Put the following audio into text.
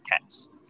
cats